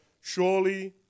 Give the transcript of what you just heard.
surely